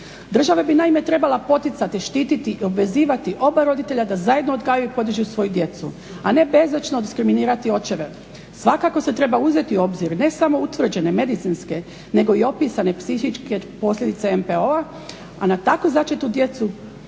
Država bi naime trebala poticati, štititi i obvezivati oba roditelja da zajedno odgajaju i podižu svoju djecu, a ne bezočno diskriminirati očeve. Svakako se treba uzeti u obzir ne samo utvrđene medicinske nego i opisane psihičke posljedice MPO-a na tako začetu djecu